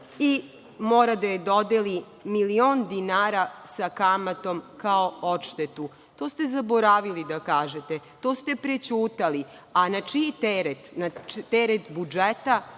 i mora da joj dodeli milion dinara sa kamatom, kao odštetu.“To ste zaboravili da kažete, to ste prećutali, a na čiji teret?